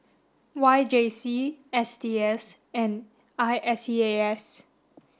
Y J C S T S and I S E A S